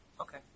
Okay